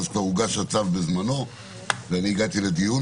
-- אז כבר הוגש הצו בזמנו, ואני הגעתי לדיון.